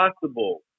possible